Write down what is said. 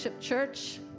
church